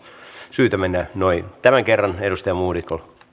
syytä mennä noin tämän kerran edustaja modig